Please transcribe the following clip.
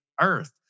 earth